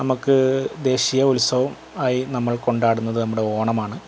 നമുക്ക് ദേശീയ ഉത്സവം ആയി നമ്മൾ കൊണ്ടാടുന്നത് നമ്മുടോണമാണ്